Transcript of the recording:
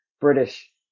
British